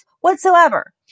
whatsoever